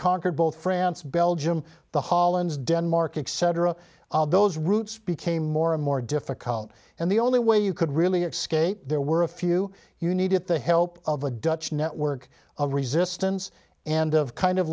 conquered both france belgium the hollands denmark except era those routes became more and more difficult and the only way you could really xscape there were a few you need it the help of a dutch network of resistance and of kind of